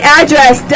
address